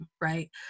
right